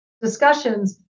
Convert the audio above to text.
discussions